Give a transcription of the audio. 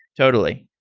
totally.